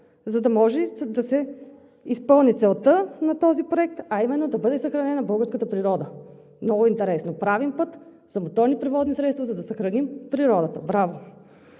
за да може да се изпълни целта на този проект, а именно да бъде съхранена българската природа. Много интересно. Правим път за моторни превозни средства, за да съхраним природата. Браво!